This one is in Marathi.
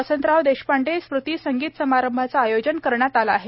वसंतराव देशपांडे स्मृती संगीत समारंभाचं आयोजन करण्यात आलं आहे